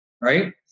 right